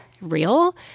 real